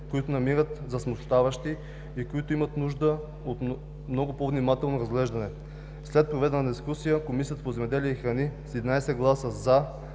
които намират за смущаващи и които имат нужда от много по-внимателно разглеждане. След проведената дискусия Комисията по земеделието и храните с 11 гласа